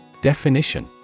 Definition